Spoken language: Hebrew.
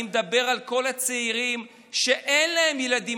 אני מדבר על כל הצעירים שאין להם ילדים